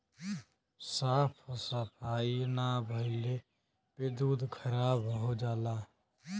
साफ सफाई ना भइले पे दूध खराब हो जाला